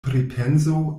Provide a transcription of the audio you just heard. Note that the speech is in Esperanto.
pripenso